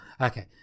okay